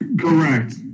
Correct